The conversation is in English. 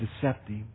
deceptive